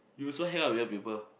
you also hang out with weird people